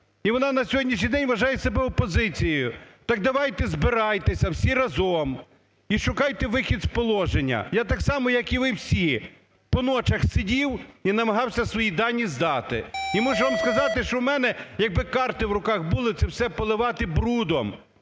і вона на сьогоднішній день вважає себе опозицією. Так давайте збирайтеся всі разом і шукайте вихід з положення. Я так само, як і всі, по ночах сидів і намагався свої дані здати. І можу вам сказати, що в мене, якби карти в руках були, це поливати брудом.